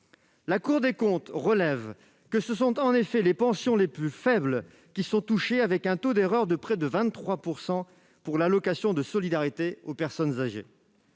La Cour des comptes relève que ce sont en effet les pensions les plus faibles qui sont touchées, le taux d'erreur étant de près de 23 % pour l'allocation de solidarité aux personnes âgées.